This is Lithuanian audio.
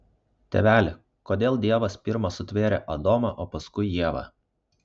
tėveli kodėl dievas pirma sutvėrė adomą o paskui ievą